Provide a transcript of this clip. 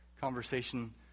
conversation